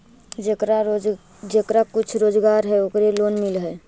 जेकरा कुछ रोजगार है ओकरे लोन मिल है?